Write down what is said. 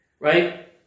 Right